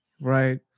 right